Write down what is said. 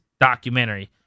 documentary